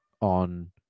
on